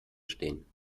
stehen